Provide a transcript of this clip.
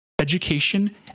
education